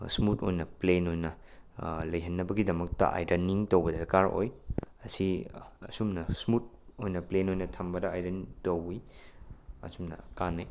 smooth ꯑꯣꯏꯅ plain ꯑꯣꯏꯅ ꯂꯩꯍꯟꯅꯕꯒꯤꯗꯃꯛꯇ ꯑꯥꯏꯔꯟꯅꯤꯡ ꯇꯧꯕ ꯗꯔꯀꯥꯔ ꯑꯣꯏ ꯑꯁꯤ ꯑꯁꯨꯝꯅ ꯁ꯭ꯃꯨꯠ ꯑꯣꯏꯅ ꯄ꯭ꯂꯦꯟ ꯑꯣꯏꯅ ꯊꯝꯕꯗ ꯑꯥꯏꯔꯟ ꯇꯧꯏ ꯑꯁꯨꯝꯅ ꯀꯥꯟꯅꯩ